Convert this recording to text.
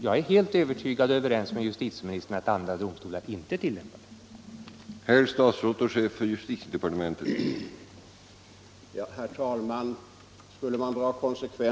Jag är helt överens med justitieministern om att andra domstolar inte tillämpar en ändrad praxis.